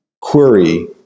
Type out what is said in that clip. query